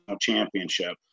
championship